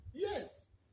Yes